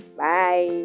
bye